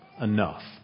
enough